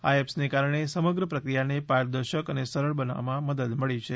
આ એપ્સના કારણે સમગ્ર પ્રક્રિયાને પારદર્શક અને સરળ બનાવવામાં મદદ મળી છે